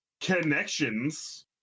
connections